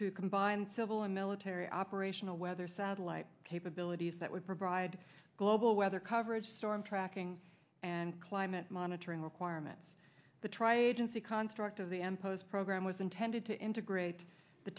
two combined civil and military operational weather satellite capabilities that would provide global weather coverage storm tracking and climate monitoring requirements the tri agency construct of the m post program was intended to integrate the